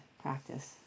practice